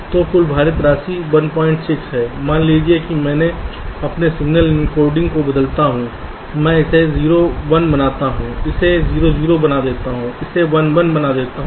तो कुल भारित राशि 16 है मान लीजिए कि मैं अपने सिग्नल एन्कोडिंग को बदलता हूं मैं इसे 0 1 बनाता हूं इसे 0 0 बना देता हूं इसे 1 1 बना देता हूं